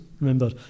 remember